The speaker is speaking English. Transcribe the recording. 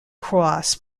cross